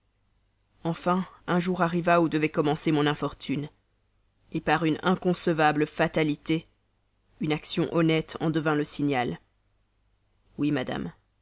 enfin ce jour arriva où devait commencer mon infortune par une inconcevable fatalité une action honnête en devint le signal oui madame